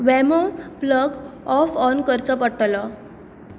वॅमो plug off on करचो पडटलो